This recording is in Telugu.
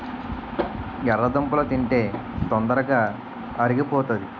ఎర్రదుంపలు తింటే తొందరగా అరిగిపోతాది